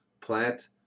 plant